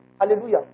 Hallelujah